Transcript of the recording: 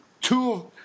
two